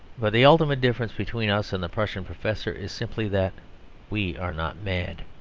but the ultimate difference between us and the prussian professor is simply that we are not mad.